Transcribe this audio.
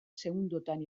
segundotan